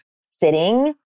sitting